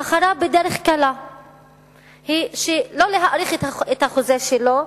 ובחרה בדרך קלה שלא להאריך את החוזה שלו,